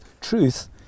truth